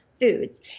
Foods